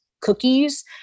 cookies